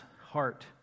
heart